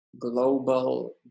global